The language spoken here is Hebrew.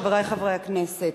חברי חברי הכנסת,